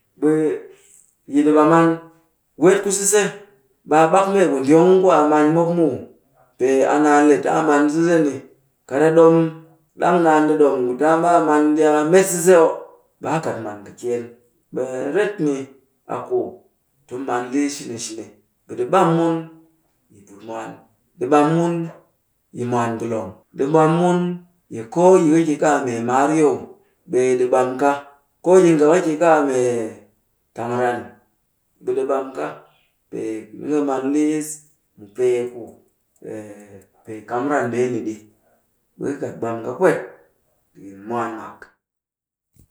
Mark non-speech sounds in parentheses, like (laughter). Ɓe yi ɗi ɓam an. Weet ku sise, ɓe a ɓak mee ku gyong ku a man mop muw. Pee a naan le ti a man sise ɗi. Kat a ɗom, ɗang naan ɗi ɗom ku ti a mbaa a man a met sise oh, ɓe a kat man ƙikyeen. Ɓe ret ni, a ku tum man liss shini shini. Ɓe ɗi ɓam mun yi put mwaan. Ɗi ɓam mun yi mwaan ngulong. Ɗi ɓam mun yi koo yi ka ki ka a mee maar yow. Ɓe ɗi ɓam ka. Koo yi nga a ki ka a mee tang ran, ɓe ɗi ɓam ka. Pee ni ka man liis mu pee ku (hesitation) pee kam ran ndeeni ɗi. Ɓe ka kat ɓam ka pwet ɗikin mwaan mak.